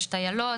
יש טיילות,